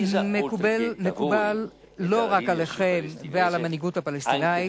מקובל לא רק עליכם ועל המנהיגות הפלסטינית,